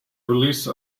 release